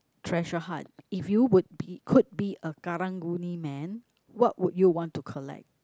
treasure hunt if you would be could be a Karang-Guni man what would you want to collect